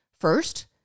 First